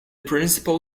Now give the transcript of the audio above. principal